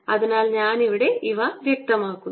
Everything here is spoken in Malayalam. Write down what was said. അതിനാൽ ഞാൻ ഇവിടെ ഇവ വ്യക്തമാക്കുന്നു